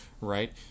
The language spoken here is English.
Right